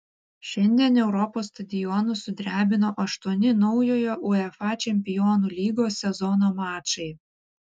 šiandien europos stadionus sudrebino aštuoni naujojo uefa čempionų lygos sezono mačai